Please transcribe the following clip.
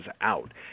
out